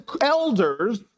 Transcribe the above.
elders